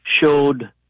showed